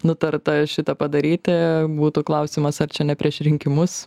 nutarta šitą padaryti būtų klausimas ar čia ne prieš rinkimus